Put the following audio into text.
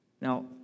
Now